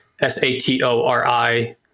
S-A-T-O-R-I